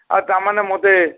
ଆର୍ ତା' ମାନେ ମତେ